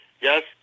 yes